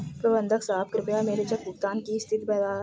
प्रबंधक साहब कृपया मेरे चेक भुगतान की स्थिति बताएं